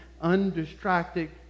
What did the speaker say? undistracted